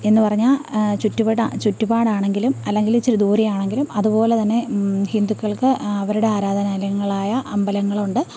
എന്ന് പറഞ്ഞാൽ ചുറ്റുപാടാണെങ്കിലും അല്ലെങ്കില് ഇച്ചിരി ദൂരെയാണെങ്കിലും അതുപോലെ തന്നെ ഹിന്ദുക്കൾക്ക് അവരുടെ ആരാധനാലയങ്ങളായ അമ്പലങ്ങളുണ്ട്